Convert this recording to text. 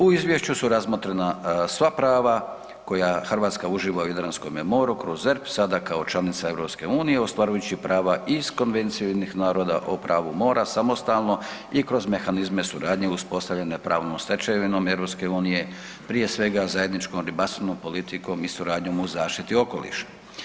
U izvješću su razmotrena sva prava koja Hrvatska uživa u Jadranskome moru kroz ZERP, sada kao članica EU ostvarujući prava iz Konvencije UN-a o pravu mora, samostalno i kroz mehanizme suradnje uspostavljene pravnom stečevinom EU, prije svega zajedničkom ribarstvenom politikom i suradnjom u zaštiti okoliša.